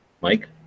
mike